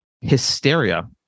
hysteria